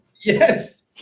Yes